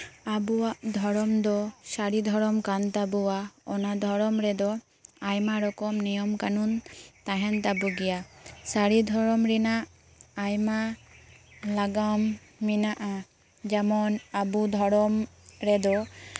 ᱟᱵᱚᱣᱟᱜ ᱫᱷᱚᱨᱚᱢ ᱫᱚ ᱥᱟᱹᱨᱤ ᱫᱷᱚᱨᱚᱢ ᱠᱟᱱ ᱛᱟᱵᱚᱱᱟ ᱚᱱᱟ ᱫᱷᱚᱨᱚᱢ ᱨᱮᱫᱚ ᱟᱭᱢᱟ ᱨᱚᱠᱚᱢ ᱱᱤᱭᱚᱢ ᱠᱟᱹᱱᱩᱱ ᱛᱟᱦᱮᱱ ᱛᱟᱵᱚᱱ ᱜᱮᱭᱟ ᱥᱟᱹᱨᱤ ᱫᱷᱚᱨᱚᱢ ᱨᱮᱱᱟᱜ ᱟᱭᱢᱟ ᱱᱟᱜᱟᱢ ᱢᱮᱱᱟᱜᱼᱟ ᱡᱮᱢᱚᱱ ᱟᱵᱚ ᱫᱷᱚᱨᱚᱢ ᱨᱮᱫᱚ